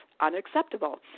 unacceptable